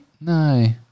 No